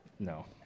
No